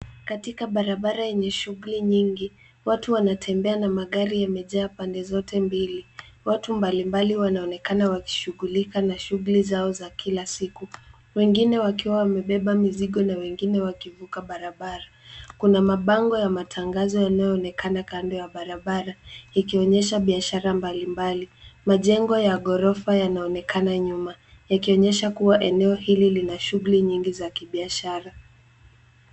Katika barabara yenye shughuli nyingi, watu wanatembea na magari yamejaa pande zote mbili. Watu mbalimbali wanaonekana wakishughulika na shughuli zao za kila siku, wengine wakiwa wamebeba mizigo na wengine wakivuka barabara. Kuna mabango ya matangazo yanayoonekana kando ya barabara, yakionyesha biashara mbalimbali. Majengo ya ghorofa yanaonekana nyuma, yakionyesha kuwa eneo hili lina shughuli nyingi za kibiashara.